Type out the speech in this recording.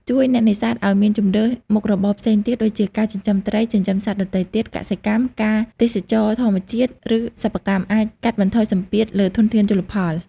ជួយអ្នកនេសាទឱ្យមានជម្រើសមុខរបរផ្សេងទៀត ដូចជាការចិញ្ចឹមត្រី ចិញ្ចឹមសត្វដទៃទៀត កសិកម្ម ការទេសចរណ៍ធម្មជាតិ ឬសិប្បកម្ម អាចកាត់បន្ថយសម្ពាធលើធនធានជលផល។